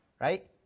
right